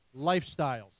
Lifestyles